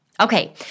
Okay